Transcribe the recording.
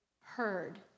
heard